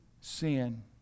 sin